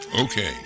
Okay